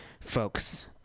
folks